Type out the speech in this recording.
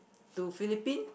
to Philippines